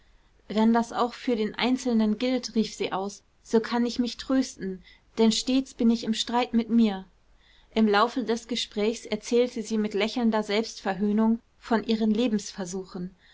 wenn das auch für den einzelnen gilt rief sie aus so kann ich mich trösten denn stets bin ich im streit mit mir im laufe des gesprächs erzählte sie mit lächelnder selbstverhöhnung von ihren